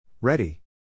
Ready